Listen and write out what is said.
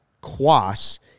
Quas